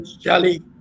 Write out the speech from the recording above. Charlie